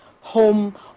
home